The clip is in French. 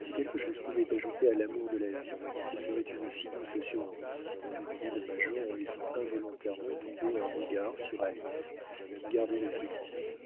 si quelque chose pouvait ajouter à l'amour de la vie ce serait une si douce assurance répondit le major en laissant involontairement tomber un regard sur alice qui gardait le silence